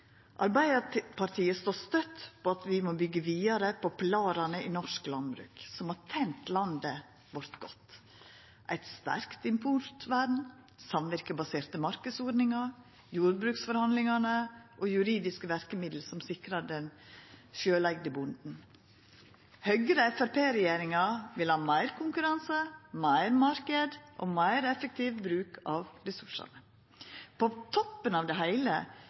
Arbeidarpartiet står støtt på at vi må byggja vidare på pilarane i norsk landbruk som har tent landet vårt godt: eit sterkt importvern, samverkebaserte marknadsordningar, jordbruksforhandlingane og juridiske verkemiddel som sikrar den sjølveigde bonden. Høgre–Framstegsparti-regjeringa vil ha meir konkurranse, meir marknad og meir effektiv bruk av ressursane. På toppen av det heile